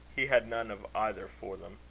he had none of either for them.